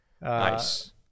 Nice